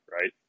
right